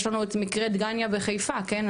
יש לנו את מקרה דגניה בחיפה כן,